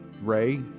Ray